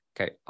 Okay